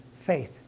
faith